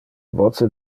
voce